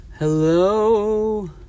Hello